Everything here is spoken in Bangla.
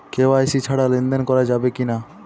কে.ওয়াই.সি ছাড়া লেনদেন করা যাবে কিনা?